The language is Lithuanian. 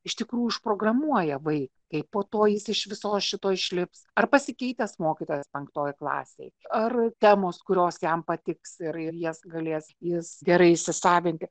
iš tikrųjų užprogramuoja vai kaio po to jis iš viso šito išlips ar pasikeitęs mokytojas penktoj klasėj ar temos kurios jam patiks ir ir jas galės jis gerai įsisavinti